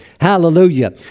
Hallelujah